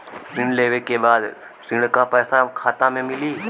ऋण लेवे के बाद ऋण का पैसा खाता में मिली?